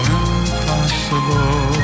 impossible